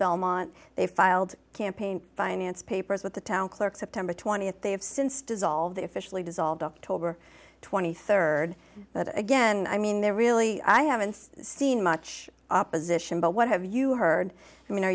belmont they filed campaign finance papers with the town clerk september twentieth they have since dissolved the officially dissolved october twenty third but again i mean there really i haven't seen much opposition but what have you heard i mean are